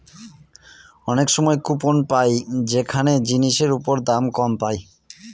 অনেক সময় কুপন পাই যেখানে জিনিসের ওপর দাম কম পায়